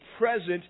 present